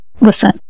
listen